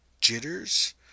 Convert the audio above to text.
Jitters